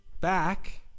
Back